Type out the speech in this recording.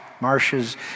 marshes